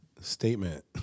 Statement